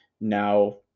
now